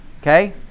Okay